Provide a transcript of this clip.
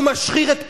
הוא משחיר את פנינו,